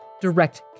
direct